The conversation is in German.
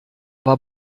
war